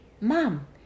Mom